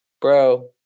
bro